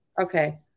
Okay